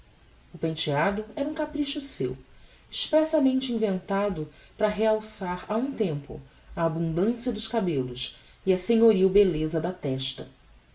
o penteado era um capricho seu expressamente inventado para realçar a um tempo a abundancia dos cabellos e a senhoril belleza da testa